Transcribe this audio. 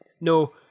No